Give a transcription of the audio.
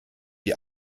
die